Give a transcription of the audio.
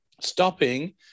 Stopping